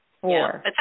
Four